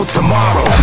tomorrow